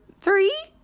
three